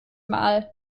mal